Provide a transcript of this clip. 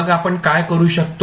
मग आपण काय करू शकतो